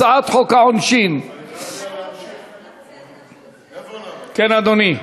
הצעת חוק העונשין, אני אקרא שנייה